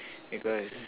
because